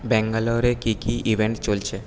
ব্যাঙ্গালোরে কি কি ইভেন্ট চলছে